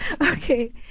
Okay